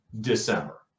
December